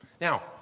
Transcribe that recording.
Now